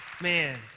Man